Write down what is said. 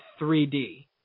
3D